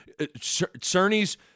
Cerny's